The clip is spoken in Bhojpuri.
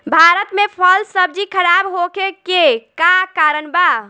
भारत में फल सब्जी खराब होखे के का कारण बा?